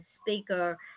speaker